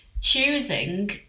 choosing